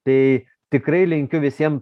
tai tikrai linkiu visiem